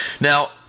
Now